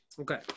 Okay